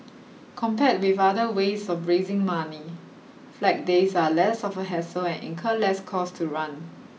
compared with other ways of raising money flag days are less of a hassle and incur less cost to run